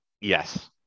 yes